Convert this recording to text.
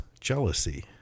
jealousy